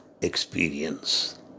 experience